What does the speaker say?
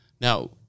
now